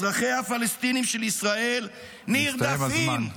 אזרחיה הפלסטינים של ישראל נרדפים -- הסתיים הזמן,